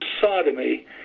sodomy